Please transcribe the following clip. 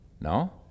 No